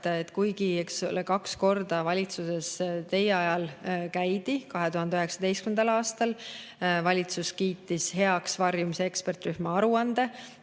et kuigi kaks korda valitsuses teie ajal [selle teemaga] käidi, ja 2019. aastal valitsus kiitis heaks varjumise ekspertrühma aruande,